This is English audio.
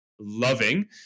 loving